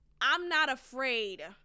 I'm-not-afraid